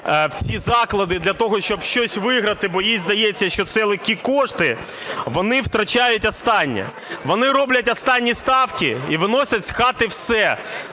в ці заклади для того, щоб щось виграти, бо їй здається, що це легкі кошти, вони втрачають останнє. Вони роблять останні ставки і виносять з хати все.